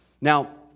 Now